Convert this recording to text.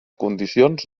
condicions